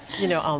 you know, um